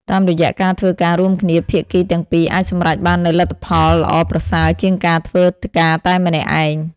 តាមរយៈការធ្វើការរួមគ្នា ភាគីទាំងពីរអាចសម្រេចបាននូវលទ្ធផលល្អប្រសើរជាងការធ្វើការតែម្នាក់ឯង។